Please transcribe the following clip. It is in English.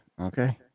Okay